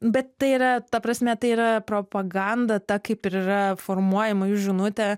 bet tai yra ta prasme tai yra propaganda ta kaip ir yra formuojama žinutė